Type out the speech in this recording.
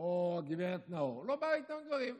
או הגב' נאור, לא בא איתם בדברים,